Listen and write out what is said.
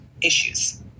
issues